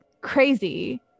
crazy